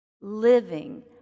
living